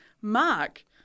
Mark